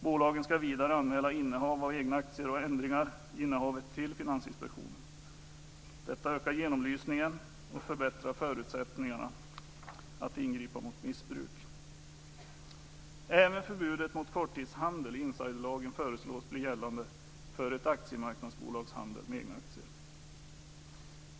Bolagen ska vidare anmäla innehav av egna aktier och ändringar i innehavet till Finansinspektionen. Detta ökar genomlysningen och förbättrar förutsättningarna för att ingripa mot missbruk. Även förbudet mot korttidshandel i insiderlagen föreslås bli gällande för ett aktiemarknadsbolags handel med egna aktier.